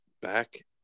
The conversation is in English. back